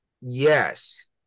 Yes